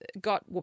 got